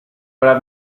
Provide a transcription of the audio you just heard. but